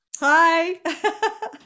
Hi